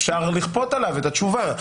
אפשר לכפות עליו את התשובה.